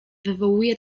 wywołuje